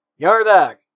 Yardak